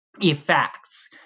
effects